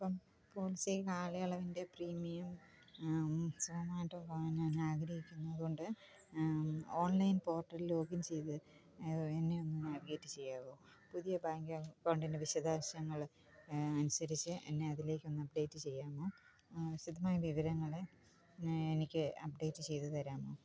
അപ്പം പോളിസി കാലയളവിന്റെ പ്രീമിയം വിശദമായിട്ടു പോകാന് ഞാന് ആഗ്രഹിക്കുന്നു അതു കൊണ്ട് ഓണ്ലൈന് പോര്ട്ടലില് ലോഗ് ഇൻ ചെയ്ത് അത് എന്നെ ഒന്നു നാവിഗേറ്റ് ചെയ്യാമോ പുതിയ ബാങ്ക് അക്കൗണ്ടിന്റെ വിശദാംശങ്ങൾ അനുസരിച്ച് എന്നെ അതിലേക്കൊന്ന് അപ്ഡേറ്റ് ചെയ്യാമോ വിശദമായ വിവരങ്ങൾ എനിക്ക് അപ്ഡേറ്റ് ചെയ്തു തരാമോ